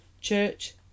Church